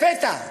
לפתע.